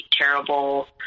terrible